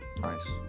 Nice